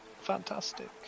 fantastic